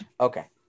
Okay